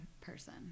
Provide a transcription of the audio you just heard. person